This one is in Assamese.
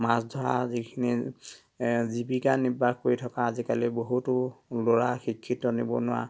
মাছ ধৰা যিখিনি জীৱিকা নিৰ্বাহ কৰি থকা আজিকালিৰ বহুতো ল'ৰা শিক্ষিত নিবনুৱা